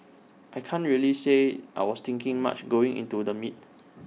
I can't really say I was thinking much going into the meet